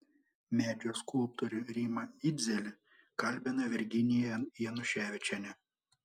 medžio skulptorių rimą idzelį kalbina virginija januševičienė